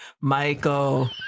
Michael